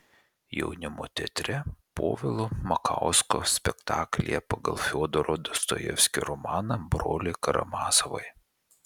jaunimo teatre povilo makausko spektaklyje pagal fiodoro dostojevskio romaną broliai karamazovai